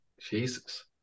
Jesus